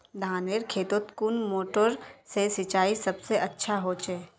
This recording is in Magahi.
धानेर खेतोत कुन मोटर से सिंचाई सबसे अच्छा होचए?